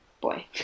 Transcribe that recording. Boy